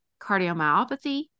cardiomyopathy